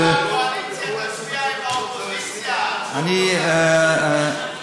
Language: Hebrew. אולי הקואליציה תצביע עם האופוזיציה על חוק כל כך חשוב?